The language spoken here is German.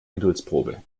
geduldsprobe